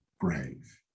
brave